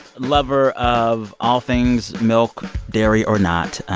lover of all things milk, dairy or not.